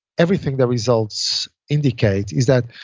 everything the results indicate is that